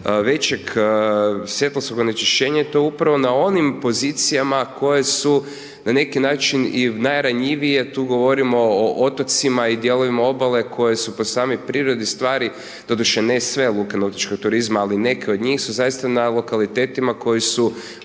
većeg svjetlosnog onečišćenja i to upravo na onim pozicijama koje su na neki način i najranjivije tu govorimo o otocima i dijelovima obale, koji su po samoj prirodi stvari, doduše ne sve luke nautičkog turizma, ali neke od njih su zaista na lokalitetima koji su